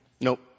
Nope